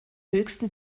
höchsten